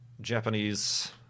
Japanese